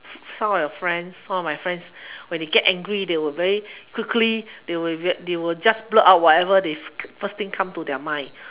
some of your friends some of my friends when they get angry they will very quickly they will they will just blurt out whatever they first thing come to their mind